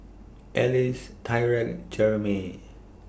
Ellis Tyrek Jeremey